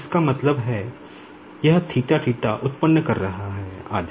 इसका मतलब है यह उत्पन्न कर रहा है आदि